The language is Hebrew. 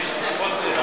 יש לי תשובות נהדרות.